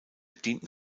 dienten